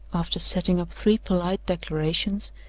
after setting up three polite declarations,